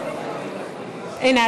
הינה,